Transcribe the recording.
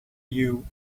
you